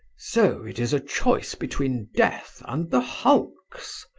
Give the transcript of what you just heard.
so it is a choice between death and the hulks!